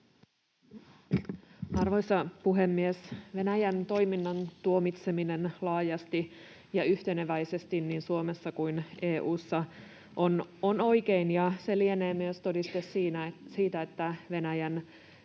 Arvoisa puhemies! Venäjän toiminnan tuomitseminen laajasti ja yhteneväisesti niin Suomessa kuin EU:ssa on oikein, ja se lienee myös todiste siitä, että Venäjän